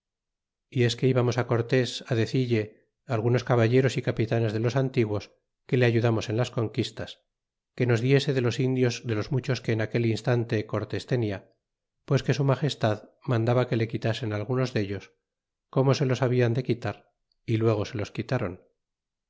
y es que íbamos cortés decille algunos caballeros y capitanes de los antiguos que le ayudamos en las conquistas que nos diese de los indios de los muchos que en aquel instante cortés tenia pues que su magestad mandaba que le quitasen algunos dellos como se los hablan de quitar é luego se los quitaron